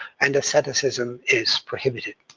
and asceticism is prohibited.